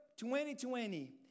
2020